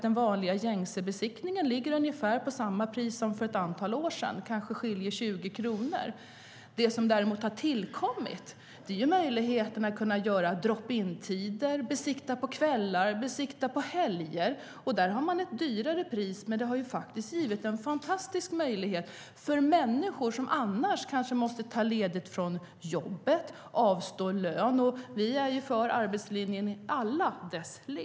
Den vanliga, gängse besiktningen ligger på ungefär samma pris som för ett antal år sedan - det skiljer kanske 20 kronor. Det som däremot har tillkommit är möjligheten att få drop in-tider och besiktiga på kvällar och helger. Det är dyrare, men det har blivit en fantastisk möjlighet för människor som annars kanske måste ta ledigt från jobbet och avstå från lön - och vi är ju för arbetslinjen i alla dess led.